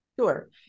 Sure